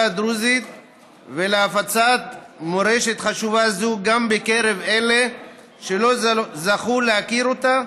הדרוזית ולהפצת מורשת חשובה זו גם בקרב אלה שלא זכו להכיר אותה,